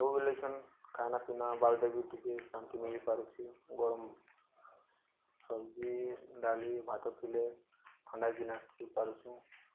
ସବୁ ବ ଲାଗଛନ୍ ଖାନା ପିନା ବାଉଦ ବି ଟିକେ ଶାନ୍ତି ମିଲିପାରୁଛି ଗରମ ସବଜି ଡାଲି ଭାତ ଥିଲେ ଥଣ୍ଡାକିନା ହେଇ ପାରୁଛୁଁ